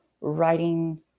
writing